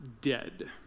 dead